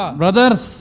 brothers